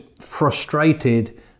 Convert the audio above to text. frustrated